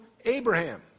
Abraham